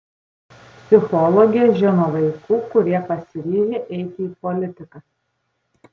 psichologė žino vaikų kurie pasiryžę eiti į politiką